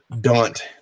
daunt